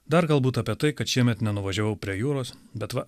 dar galbūt apie tai kad šiemet nenuvažiavau prie jūros bet va